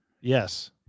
Yes